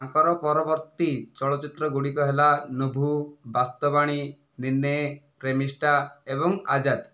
ତାଙ୍କର ପରବର୍ତ୍ତୀ ଚଳଚ୍ଚିତ୍ରଗୁଡ଼ିକ ହେଲା ନୁଭୁ ବାସ୍ତବାଣୀ ନିନ୍ନେ ପ୍ରେମିଷ୍ଠା ଏବଂ ଆଜାଦ